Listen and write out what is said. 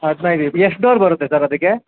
ಹದಿನೈದು ಇದು ಎಷ್ಟು ಡೋರ್ ಬರುತ್ತೆ ಸರ್ ಅದಕ್ಕೆ